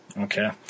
Okay